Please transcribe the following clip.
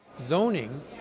Zoning